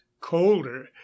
colder